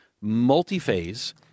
multi-phase